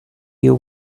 you